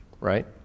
right